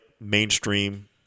mainstream